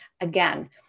Again